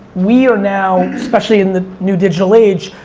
we are now, especially in the new digital age,